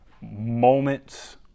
moments